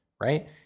right